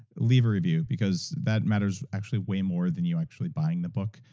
leave a review because that matters actually way more than you actually buying the book,